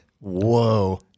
whoa